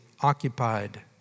occupied